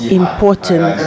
important